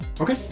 Okay